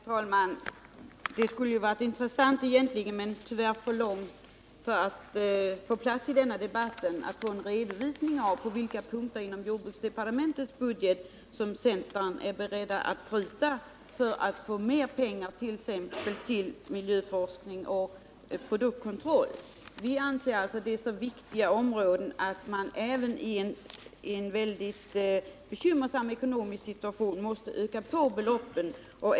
Herr talman! Det skulle egentligen ha varit intressant — men tyvärr skulle det ta för lång tid för att få plats i den här debatten —att få en redovisning av på vilka punkter inom jordbruksdepartementets budget som centern är beredd att pruta för att få mer pengar till exempelvis miljöforskning och produktkontroll. Vi anser att det är så viktiga områden att man även i en mycket bekymmersam ekonomisk situation måste öka på beloppen.